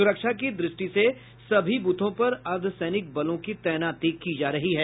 सुरक्षा की दृष्टि से सभी ब्रथों पर अर्द्वसैनिक बलों की तैनाती की जा रही है